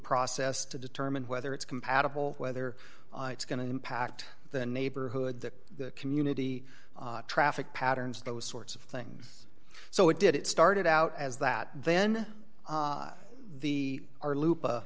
process to determine whether it's compatible whether it's going to impact the neighborhood that the community traffic patterns those sorts of things so it did it started out as that then the are loop